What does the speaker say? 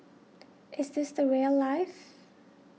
is this the rail life